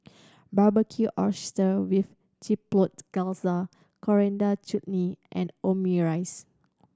Barbecued Oysters with Chipotle Glaze Coriander Chutney and Omurice